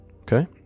Okay